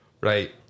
Right